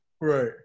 right